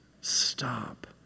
Stop